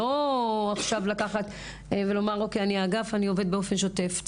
לא עכשיו לקחת ולומר אוקיי אני אגף אני עובד באופן שוטף.